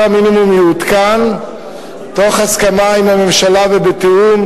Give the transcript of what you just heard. המינימום יעודכן תוך הסכמה עם הממשלה ובתיאום,